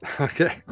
okay